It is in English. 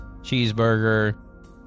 cheeseburger